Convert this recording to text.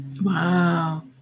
Wow